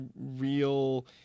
real